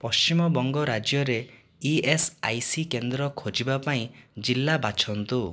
ପଶ୍ଚିମବଙ୍ଗ ରାଜ୍ୟରେ ଇଏସ୍ଆଇସି କେନ୍ଦ୍ର ଖୋଜିବା ପାଇଁ ଜିଲ୍ଲା ବାଛନ୍ତୁ